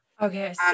Okay